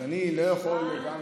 אז אני לא יכול שלא